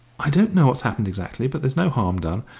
i don't know what's happened exactly, but there's no harm done.